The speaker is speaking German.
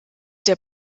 der